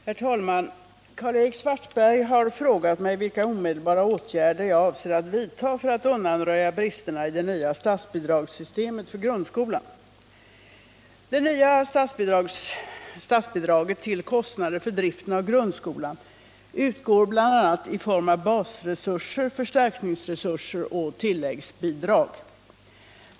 Herr talman! Karl-Erik Svartberg har frågat mig vilka omedelbara åtgärder jag avser att vidta för att undanröja bristerna i det nya statsbidragssystemet för grundskolan. Det nya statsbidraget till kostnader för driften av grundskolan utgår bl.a. i form av basresurser, förstärkningsresurser och tilläggsbidrag.